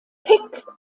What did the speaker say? pick